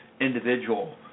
individual